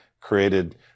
created